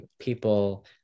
people